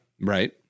right